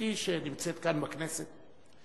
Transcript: בתי שנמצאת כאן בכנסת.